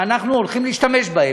שאנחנו הולכים להשתמש בהם,